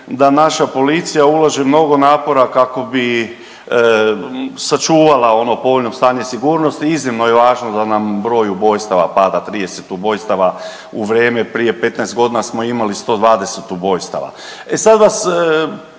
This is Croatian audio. da naša policija ulaže mnogo napora kako bi sačuvala ono povoljno stanje sigurnosti, iznimno je važno da nam broj ubojstava pada, 30 ubojstava, u vreme prije 15.g. smo imali 120 ubojstava. E sad vas